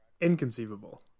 Inconceivable